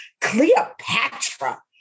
Cleopatra